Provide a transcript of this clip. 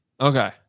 Okay